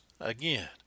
Again